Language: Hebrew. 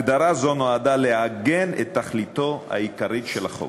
הגדרה זו נועדה לעגן את תכליתו העיקרית של החוק.